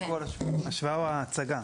השוואה או הצגה.